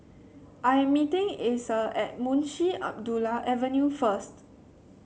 I am meeting Asa at Munshi Abdullah Avenue first